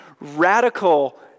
Radical